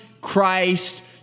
Christ